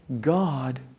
God